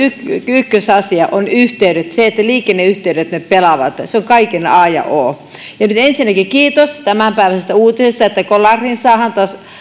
ykkösasia on yhteydet se että liikenneyhteydet pelaavat on kaiken a ja o nyt ensinnäkin kiitos tämänpäiväisestä uutisesta että kolariin saadaan